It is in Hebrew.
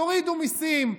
תורידו מיסים,